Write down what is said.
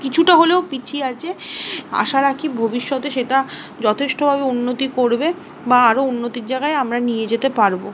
কিছুটা হলেও পিছিয়ে আছে আশা রাখি ভবিষ্যতে সেটা যথেষ্টভাবে উন্নতি করবে বা আরও উন্নতির জায়গায় আমরা নিয়ে যেতে পারবো